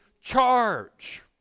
charge